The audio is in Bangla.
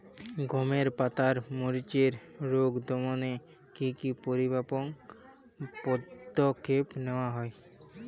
গমের পাতার মরিচের রোগ দমনে কি কি পরিমাপক পদক্ষেপ নেওয়া হয়?